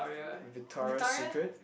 Victoria Secret